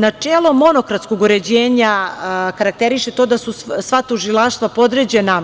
Načelo monokratskog uređenja karakteriše to da su sva tužilaštva podređena